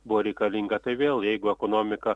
buvo reikalinga tai vėl jeigu ekonomika